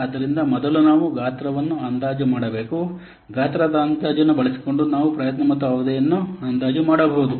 ಆದ್ದರಿಂದ ಮೊದಲು ನಾವು ಗಾತ್ರವನ್ನು ಅಂದಾಜು ಮಾಡಬೇಕು ಗಾತ್ರದ ಅಂದಾಜನ್ನು ಬಳಸಿಕೊಂಡು ನಾವು ಪ್ರಯತ್ನ ಮತ್ತು ಅವಧಿಯನ್ನು ಅಂದಾಜು ಮಾಡಬಹುದು